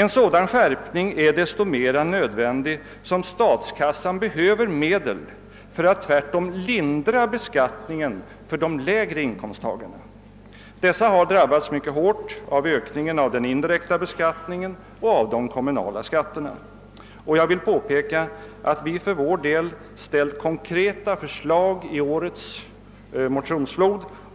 En sådan skärpning är desto mera nödvändig som statskassan behöver medel för att i stället lindra beskattningen för de lägre inkomsttagarna. Dessa har drabbats mycket hårt av ökningen av den indirekta beskattningen och av de kommunala skatterna. Jag vill påpeka att vårt parti i motion har framlagt konkreta förslag